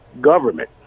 government